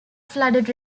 flooded